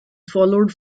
followed